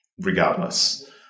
regardless